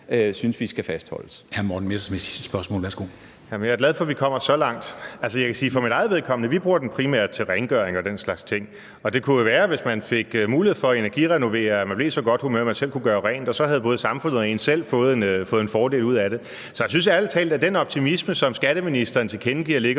Messerschmidt (DF): Jeg er glad for, at vi kommer så langt. Jeg kan sige for mit eget vedkommende, at vi primært bruger den til rengøring og den slags ting, og det kunne jo være, at man, hvis man fik mulighed for at energirenovere, blev i så godt humør, at man selv kunne gøre rent, og så havde både samfundet og man selv fået en fordel ud af det. Så jeg håber ærlig talt, at skatteministeren, hvad angår